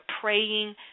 praying